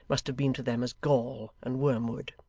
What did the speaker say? must have been to them as gall and wormwood.